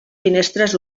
finestres